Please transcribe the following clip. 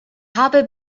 habe